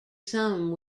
some